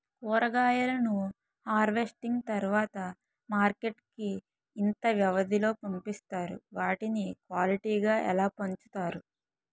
కూరగాయలను హార్వెస్టింగ్ తర్వాత మార్కెట్ కి ఇంత వ్యవది లొ పంపిస్తారు? వాటిని క్వాలిటీ గా ఎలా వుంచుతారు?